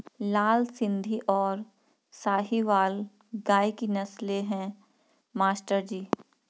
लाल सिंधी और साहिवाल गाय की नस्लें हैं मास्टर जी